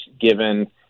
given